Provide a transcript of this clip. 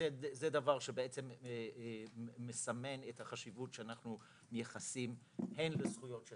זה דבר שבעצם מסמן את החשיבות שאנחנו מייחסים הן לזכויות של